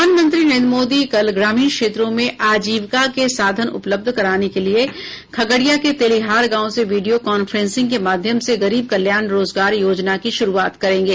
प्रधानमंत्री नरेन्द्र मोदी कल ग्रामीण क्षेत्रों में आजीविका के साधन उपलब्ध कराने के लिए खगड़िया के तेलीहार गांव से वीडियो कांफ्रेंस के माध्यम से गरीब कल्याण रोजगार योजना की शुरूआत करेंगे